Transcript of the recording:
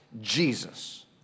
Jesus